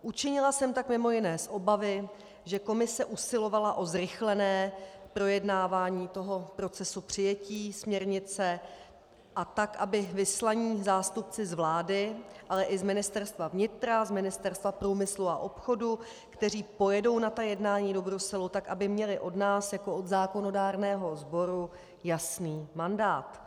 Učinila jsem tak mj. z obavy, že Komise usilovala o zrychlené projednávání toho procesu přijetí směrnice, a tak, aby vyslaní zástupci z vlády, ale i z Ministerstva vnitra, z Ministerstva průmyslu a obchodu, kteří pojedou na ta jednání do Bruselu, měli od nás jako od zákonodárného sboru jasný mandát.